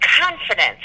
confidence